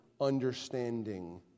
understanding